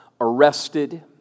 arrested